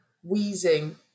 wheezing